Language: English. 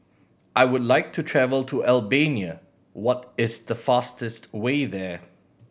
I would like to travel to Albania what is the fastest way there